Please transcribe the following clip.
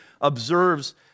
observes